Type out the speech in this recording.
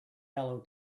hello